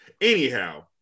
Anyhow